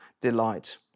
delight